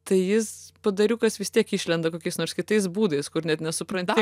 tai jis padariukas vis tiek išlenda kokiais nors kitais būdais kur net nesupranti